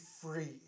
free